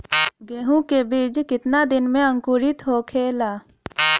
गेहूँ के बिज कितना दिन में अंकुरित होखेला?